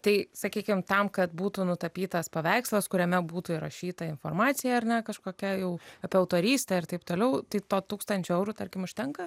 tai sakykim tam kad būtų nutapytas paveikslas kuriame būtų įrašyta informacija ar ne kažkokia jau apie autorystę ir taip toliau tai to tūkstančio eurų tarkim užtenka